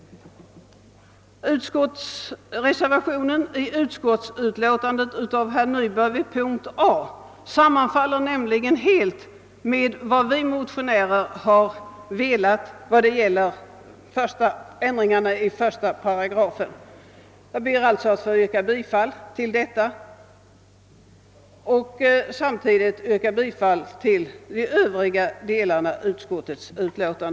Reservationen I av herr Nyberg vid punkten A i utskottets hemställan sammanfaller nämligen helt med den uppfattning vi motionärer velat hävda beträffande ändringarna i 1 8. Jag ber beträffande utskottets hemställan under A att få yrka bifall till reservationen I av herr Nyberg. I övrigt ber jag att få yrka bifall till utskottets hemtällan.